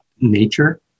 Nature